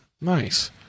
Nice